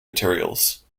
materials